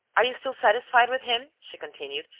are you still satisfied with him? she continued,